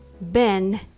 ben